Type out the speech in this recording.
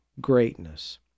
greatness